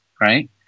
right